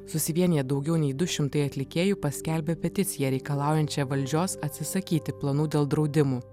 susivieniję daugiau nei du šimtai atlikėjų paskelbė peticiją reikalaujančią valdžios atsisakyti planų dėl draudimų